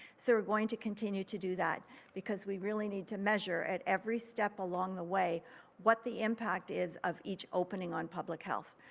so are going to continue to do that because we really need to measure and every step along the way what the impact is of each opening on public health.